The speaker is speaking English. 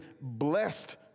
blessed